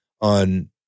on